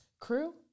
Crew